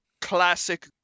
classic